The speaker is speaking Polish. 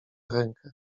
rękę